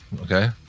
okay